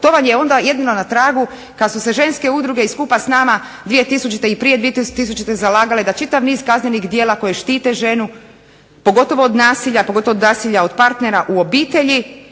To vam je onda jedino na tragu kad su se ženske udruge i skupa sa nama 2000. i prije 2000. zalagale da čitav niz kaznenih djela koje štite ženu, pogotovo od nasilja, pogotovo od nasilja od partnera u obitelji